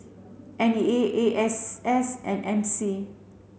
N E A A S S and M C